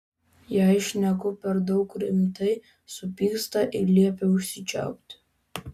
jei šneku per daug rimtai supyksta ir liepia užsičiaupti